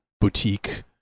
boutique